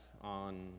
on